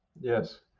Yes